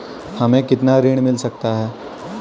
हमें कितना ऋण मिल सकता है?